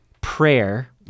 prayer